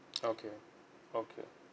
okay okay